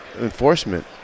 enforcement